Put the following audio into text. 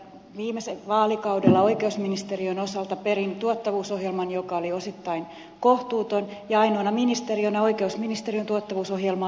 viime vaalikaudella oikeusministeriön osalta perin tuottavuusohjelman joka oli osittain kohtuuton ja ainoana ministeriönä oikeusministeriön tuottavuusohjelmaa helpotettiin